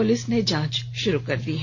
police ने जांच शुरू कर दी है